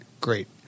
great